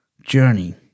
journey